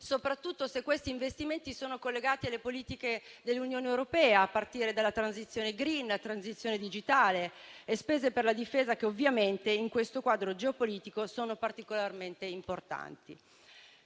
soprattutto se questi investimenti sono collegati alle politiche dell'Unione europea, a partire dalla transizione *green* fino alla transizione digitale e spese per la difesa, che ovviamente in questo quadro geopolitico sono particolarmente importanti.